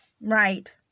right